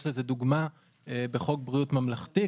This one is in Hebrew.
יש לזה דוגמה בחוק בריאות ממלכתי,